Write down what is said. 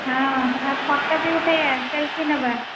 ହଁ ଫୋଟୋ ବି ଉଠାଇବା ସେଲ୍ଫି ନେବା